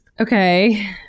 Okay